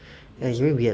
like it's very weird